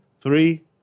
three